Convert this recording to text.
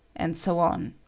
and so on.